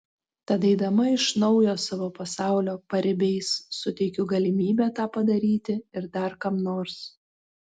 tad eidama iš naujo savo pasaulio paribiais suteikiu galimybę tą padaryti ir dar kam nors